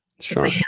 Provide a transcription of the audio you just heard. Sure